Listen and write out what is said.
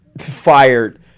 fired